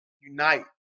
unite